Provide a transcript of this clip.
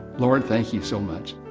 lord, thank you so much.